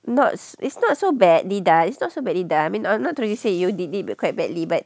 not it's not so bad it's not so badly done I mean I'm not trying to say you did it quite badly but